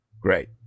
Great